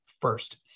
first